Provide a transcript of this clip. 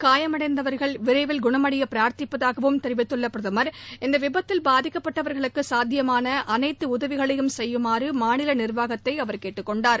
காயமடைந்தவர்கள் விரைவில் குணமடைய பிரார்த்திப்பதாகவும் தெரிவித்துள்ள பிரதமர் இந்த விபத்தில் பாதிக்கப்பட்டவர்களுக்கு சாத்தியமான அனைத்து உதவிகளையும் செய்யுமாறு மாநில நிர்வாகத்தை அவர் கேட்டுக் கொண்டுள்ளார்